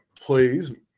please